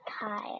tired